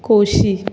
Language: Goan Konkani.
खोशी